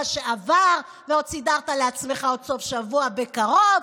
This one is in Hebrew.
שעבר ועוד סידרת לעצמך עוד סוף שבוע בקרוב,